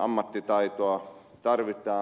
ammattitaitoa tarvitaan